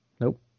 Nope